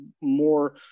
more